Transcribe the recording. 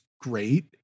great